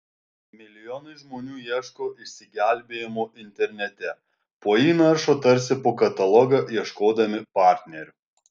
milijonai žmonių ieško išsigelbėjimo internete po jį naršo tarsi po katalogą ieškodami partnerio